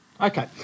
Okay